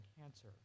cancer